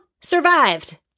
survived